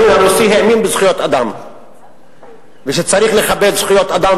הימין הרוסי האמין בזכויות אדם ושצריך לכבד זכויות אדם